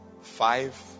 five